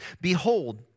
Behold